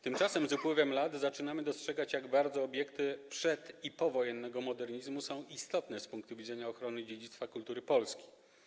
Tymczasem z upływem lat zaczynamy dostrzegać, jak bardzo obiekty przed- i powojennego modernizmu są istotne z punktu widzenia dziedzictwa kultury Polski.